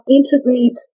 integrate